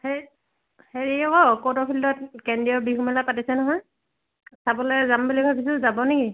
সেই হেৰি অকৌ কৰ্টৰ ফিল্ডত কেন্দ্ৰীয় বিহুমেলা পাতিছে নহয় চাবলৈ যাম বুলি ভাবিছিলো যাব নেকি